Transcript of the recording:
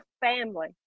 family